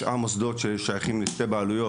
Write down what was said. רישיון לשבעה מוסדות ששייכים לשתי בעלויות.